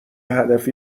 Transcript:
هدفی